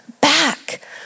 back